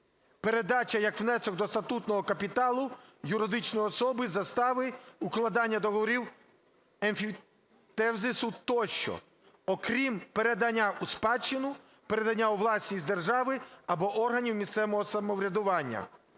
передача як внесок до статутного капіталу юридичної особи, застави, укладення договорів емфітевзису тощо, окрім передання у спадщину, передання у власність держави або органів місцевого самоврядування,